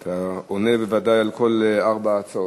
אתה עונה בוודאי על כל ארבע ההצעות.